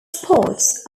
spots